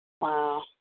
Wow